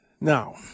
Now